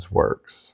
works